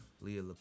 Leah